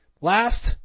last